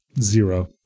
Zero